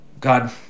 God